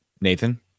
Nathan